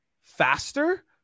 faster